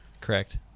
Correct